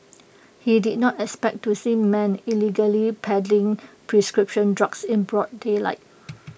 he did not expect to see men illegally peddling prescription drugs in broad daylight